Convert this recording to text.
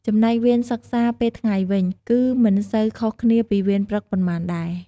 ចំណែកវេនសិក្សាពេលថ្ងៃវិញ ក៏មិនសូវខុសគ្នាពីវេនព្រឹកប៉ុន្មានដែរ។